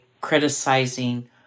criticizing